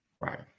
right